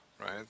Right